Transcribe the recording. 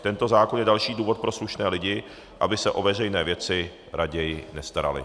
Tento zákon je další důvod pro slušné lidi, aby se o veřejné věci raději nestarali.